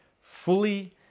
fully